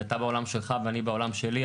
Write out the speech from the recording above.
אתה בעולם שלך ואני בעולם שלי,